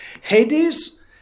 Hades